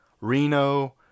Reno